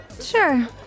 Sure